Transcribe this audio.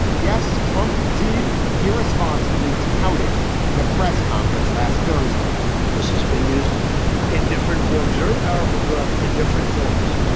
yes. trump did irresponsibly tout it in a press conference last thursday but this has been used in different forms, a very powerful drug, in different forms.